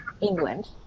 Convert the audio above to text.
England